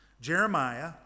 Jeremiah